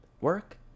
work